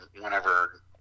whenever